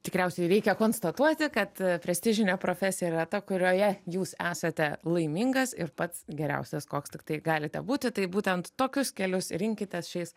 tikriausiai reikia konstatuoti kad prestižinė profesija yra ta kurioje jūs esate laimingas ir pats geriausias koks tiktai galite būti tai būtent tokius kelius ir rinkitės šiais